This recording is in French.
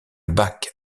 bac